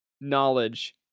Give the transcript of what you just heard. knowledge